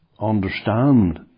understand